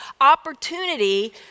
opportunity